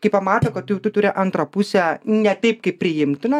kai pamato kad tu tu turi antrą pusę ne taip kaip priimtina